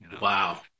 Wow